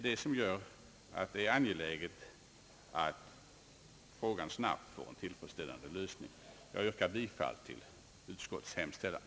Detta gör att det är angeläget att frågan snabbt får en tillfredsställande lösning. Jag yrkar bifall till utskottets hemställan.